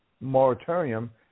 moratorium